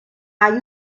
hay